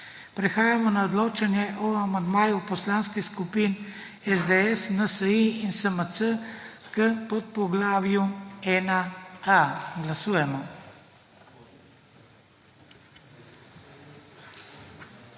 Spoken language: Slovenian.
Prehajamo na odločanje o amandmaju poslanskih skupin SDS, NSi in SMC k podpoglavju 1A. Glasujemo.